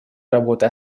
работой